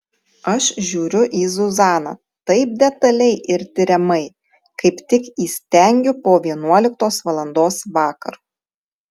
aš žiūriu į zuzaną taip detaliai ir tiriamai kaip tik įstengiu po vienuoliktos valandos vakaro